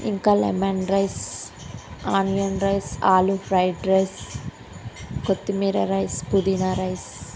ఇంకా lemon rice onion rice ఆలు fried rice కొత్తిమీర రైస్ పుదీనా రైస్